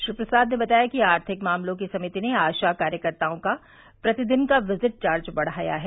श्री प्रसाद ने बताया कि आर्थिक मामलों की समिति ने आशा कार्यकर्ताओं का प्रतिदिन का विजिट चार्ज बढ़ाया है